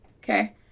okay